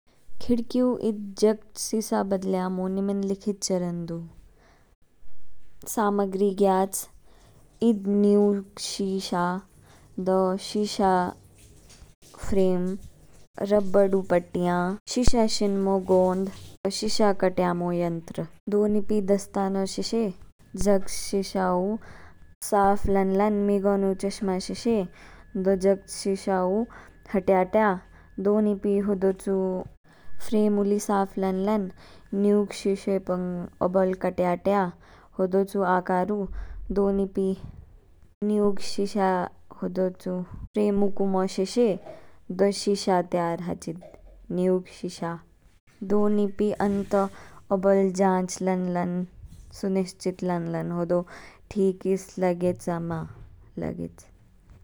खीडकीयु ईद जकच शीशा बदलयामो निम्नलिखित चरण दु, सामगरी गयाच ईद न्यू शीशा दो शीशा फरेम, रबरू पट्टिया, शीशा शेनमो गोन्द, शीशा कट्यामो यंत्र दो नीपी। दस्ताना शे शे जक्च शिशाऊ साफ लान लान मीगो नु चश्मा शे शे दो जगच शिशाऊ हटयाट्या। दो नीपी होदो चु फरेमु ली साफ लान लान न्यूक शे शे पंग अबल कट्याट्या होदोचु आकारू। दो नीपी न्यूक शीशा होदोचु फरेमु कुमो शे शे दो शीशा तयार हाचीद न्यूक शीशा। दो नीपी अंतो अबल जांच लान लान सुनिश्चत लान लान होदो ठीकइस लागेच आ मा लागेच।